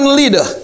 leader